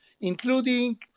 including